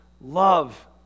love